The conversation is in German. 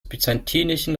byzantinischen